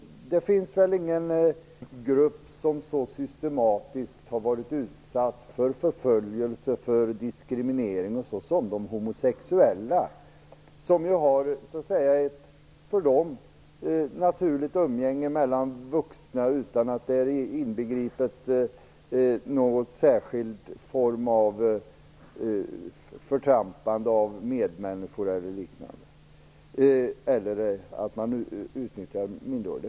Det finns väl ingen grupp som så systematiskt har varit utsatt för förföljelse och diskriminering som de homosexuella, som ju har ett för dem naturligt umgänge mellan vuxna utan att det inbegriper någon särskild form av förtrampande av medmänniskor, utnyttjande av minderåriga eller liknande.